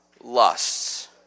lusts